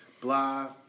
blah